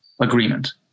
agreement